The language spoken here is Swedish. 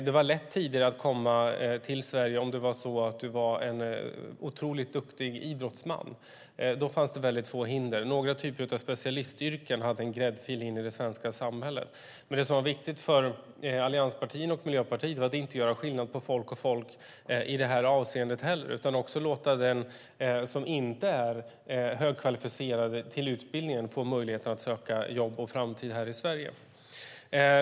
Det var tidigare lätt att komma till Sverige om du var en otroligt duktig idrottsman. Då fanns det väldigt få hinder. Några typer av specialistyrken hade en gräddfil in i det svenska samhället. Det som var viktigt för allianspartierna och Miljöpartiet var att inte göra skillnad på folk och folk i det här avseendet heller, utan att också låta den som inte har en högkvalificerad utbildning få möjlighet att söka jobb och framtid här i Sverige.